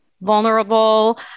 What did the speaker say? vulnerable